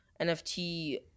NFT